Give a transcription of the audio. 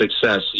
success